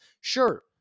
Sure